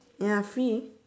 ya free